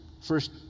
First